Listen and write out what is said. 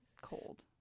cold